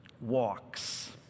Walks